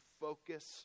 focus